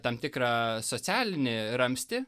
tam tikrą socialinį ramstį